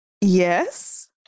Yes